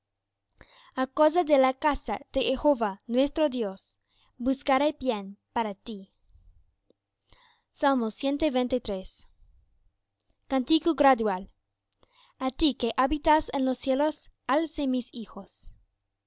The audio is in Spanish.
causa de la casa de jehová nuestro dios buscaré bien para ti cántico gradual a ti que habitas en los cielos alcé mis ojos